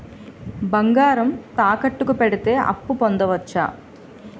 బంగారం తాకట్టు కి పెడితే అప్పు పొందవచ్చ?